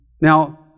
now